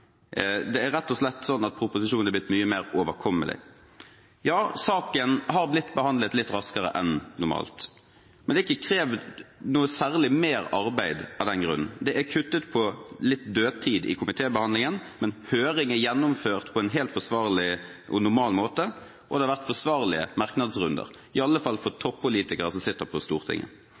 Det er rett og slett slik at proposisjonen har blitt mye mer overkommelig. Ja, saken har blitt behandlet litt raskere enn normalt, men det har ikke krevd noe særlig mer arbeid av den grunn. Det er kuttet på litt dødtid i komitébehandlingen, men høring er gjennomført på en helt forsvarlig og normal måte, og det har vært forsvarlige merknadsrunder, iallfall for toppolitikere som sitter på Stortinget.